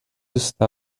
está